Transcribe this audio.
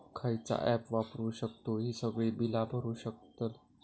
खयचा ऍप वापरू शकतू ही सगळी बीला भरु शकतय?